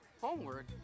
Homework